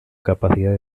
capacidad